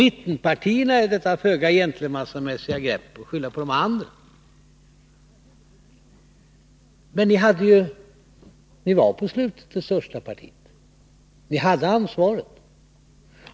I detta föga gentlemannamässiga grepp skyllde han på mittenpartierna. Men moderaterna var till slut det största partiet. Ni hade ansvaret.